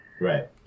Right